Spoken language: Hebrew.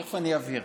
בבקשה.